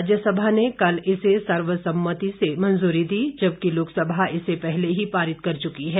राज्यसभा ने कल इसे सर्वसम्मति से मंजूरी दी जबकि लोकसभा इसे पहले ही पारित कर चुकी है